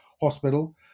Hospital